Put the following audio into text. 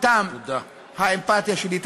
אליכם האמפתיה שלי.